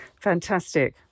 Fantastic